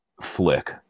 flick